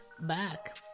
back